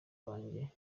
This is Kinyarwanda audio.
bajye